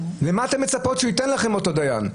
מה אתן מצפות שהוא ייתן לכם, אותו דיין?